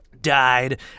Died